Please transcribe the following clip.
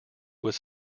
would